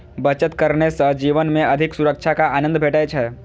बचत करने सं जीवन मे अधिक सुरक्षाक आनंद भेटै छै